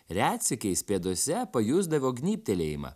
retsykiais pėdose pajusdavo gnybtelėjimą